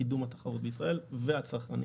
על קידום התחרות בישראל והצרכנים.